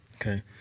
okay